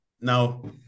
now